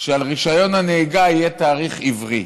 שעל רישיון הנהיגה יהיה תאריך עברי.